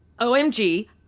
OMG